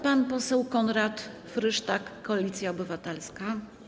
Pan poseł Konrad Frysztak, Koalicja Obywatelska.